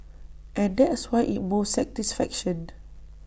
and that's why IT moves satisfaction